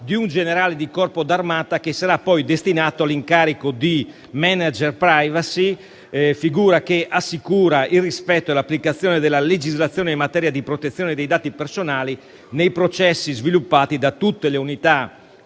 di un generale di corpo d'armata, che sarà poi destinato all'incarico di *manager privacy*, figura che assicura il rispetto e l'applicazione della legislazione in materia di protezione dei dati personali nei processi sviluppati da tutte le unità